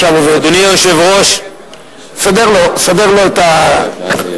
יושבת-ראש האופוזיציה, כרגע,